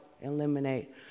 eliminate